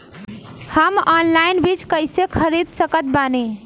हम ऑनलाइन बीज कइसे खरीद सकत बानी?